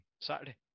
Saturday